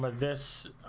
but this